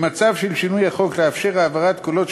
במצב של שינוי החוק תתאפשר העברת קולות של